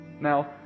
Now